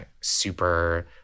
super